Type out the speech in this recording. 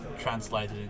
translated